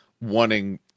wanting